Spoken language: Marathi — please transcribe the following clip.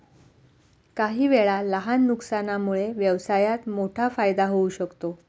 काहीवेळा लहान नुकसानामुळे व्यवसायात मोठा फायदा होऊ शकतो